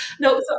No